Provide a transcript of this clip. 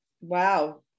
Wow